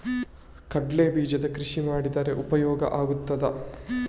ಕಡ್ಲೆ ಬೀಜದ ಕೃಷಿ ಮಾಡಿದರೆ ಉಪಯೋಗ ಆಗುತ್ತದಾ?